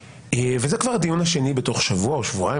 וזה כבר הדיון השני בתוך שבוע או שבועיים,